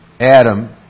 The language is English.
Adam